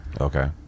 Okay